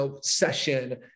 session